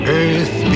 earth